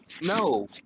No